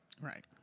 Right